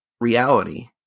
reality